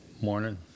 morning